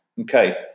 Okay